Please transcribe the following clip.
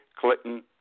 Clinton